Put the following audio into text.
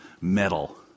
metal